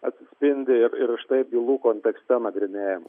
atsispindi ir ir štai bylų kontekste nagrinėjami